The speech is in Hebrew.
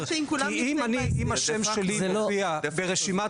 אם השם שלי מופיע ברשימת